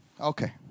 Okay